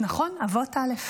נכון, אבות א'.